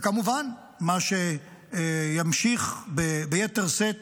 וכמובן, מה שימשיך ביתר שאת